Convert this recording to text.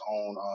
own